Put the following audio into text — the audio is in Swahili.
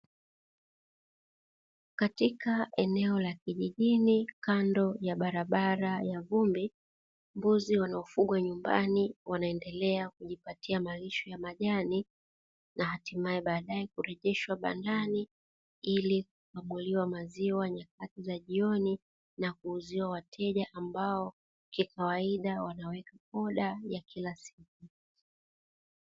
Katika eneo la kijijini, kando ya barabara ya vumbi, mbuzi wanaofugwa nyumbani wanaendelea kujipatia malisho ya majani, hatimaye baadae kurejeshwa bandani ili kukamuliwa maziwa nyakati za jioni na kuuzwa wateja, ambao, kikawaida, wanaweka oda ya kila siku.